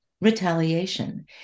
retaliation